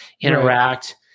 interact